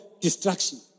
destruction